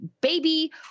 baby